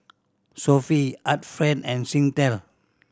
Sofy Art Friend and Singtel